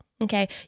Okay